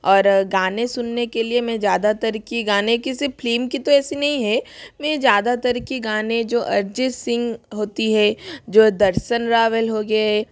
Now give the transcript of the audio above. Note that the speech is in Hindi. और गाने सुनने के लिए में ज़्यादा तर की गाने किसी फ्लिम की तो ऐसी नहीं है मैं ज़्यादा तर के गाने जो अरिजित सिंह होता हसी जो दर्शन रावेल हो गेए